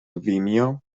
vimeo